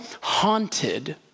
haunted